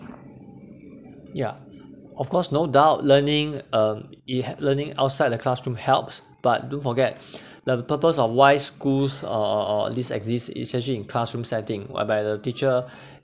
ya of course no doubt learning um it ha~learning outside the classroom helps but don't forget the purpose of why schools uh uh uh least exist essentially in classroom setting whereby the teacher